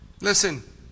Listen